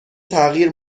تغییر